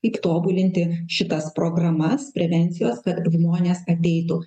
kaip tobulinti šitas programas prevencijos kad žmonės ateitų